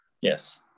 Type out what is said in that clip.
yes